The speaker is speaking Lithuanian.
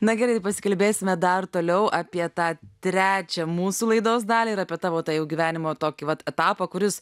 na gerai tai pasikalbėsime dar toliau apie tą trečią mūsų laidos dalį ir apie tavo tą gyvenimo tokį vat etapą kuris